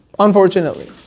Unfortunately